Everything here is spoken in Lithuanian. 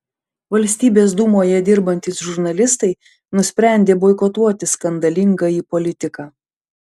valstybės dūmoje dirbantys žurnalistai nusprendė boikotuoti skandalingąjį politiką